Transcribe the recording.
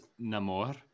Namor